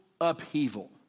upheaval